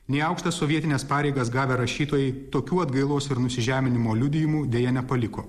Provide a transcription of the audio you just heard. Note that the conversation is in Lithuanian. nei aukštas sovietines pareigas gavę rašytojai tokių atgailos ir nusižeminimo liudijimų deja nepaliko